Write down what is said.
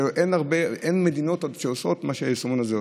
אין הרבה מדינות שעושות את מה שהיישומון הזה עושה,